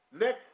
next